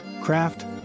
craft